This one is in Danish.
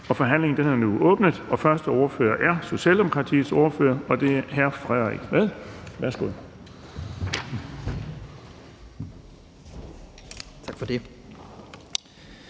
Forhandlingen er nu åbnet, og den første ordfører er Socialdemokratiets ordfører, og det er hr. Frederik